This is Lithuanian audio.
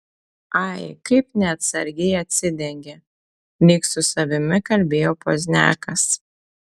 ai kaip neatsargiai atsidengė lyg su savimi kalbėjo pozniakas